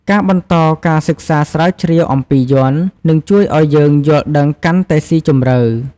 ការបន្តការសិក្សាស្រាវជ្រាវអំពីយ័ន្ត នឹងជួយឱ្យយើងយល់ដឹងកាន់តែស៊ីជម្រៅ។